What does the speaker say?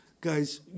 guys